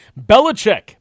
Belichick